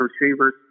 receivers